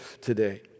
today